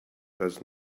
does